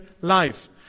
life